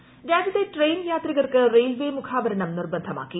railway രാജ്യത്തെ train യാത്രികർക്ക് railway മുഖാവരണം നിർബന്ധമാക്കി